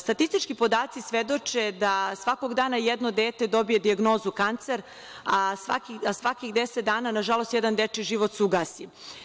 Statistički podaci svedoče da svakog dana jedno dete dobije dijagnozu kancer, a svakih deset dana na žalost jedan dečiji život se ugasi.